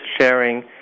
sharing